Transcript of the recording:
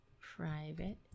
private